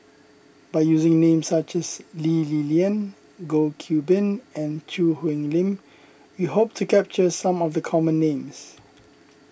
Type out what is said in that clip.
by using names such as Lee Li Lian Goh Qiu Bin and Choo Hwee Lim we hope to capture some of the common names